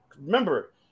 Remember